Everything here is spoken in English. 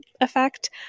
effect